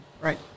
right